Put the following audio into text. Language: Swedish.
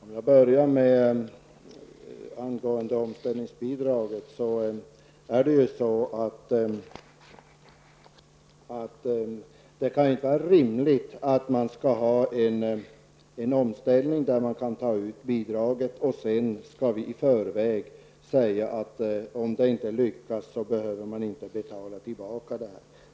Fru talman! Jag börjar med frågan om omställningsbidraget. Det kan inte vara rimligt att ha en omställning där bidraget kan tas ut och att man i förväg kan säga att om omställningen inte lyckas behöver bidraget inte betalas tillbaka.